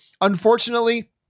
Unfortunately